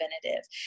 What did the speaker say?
preventative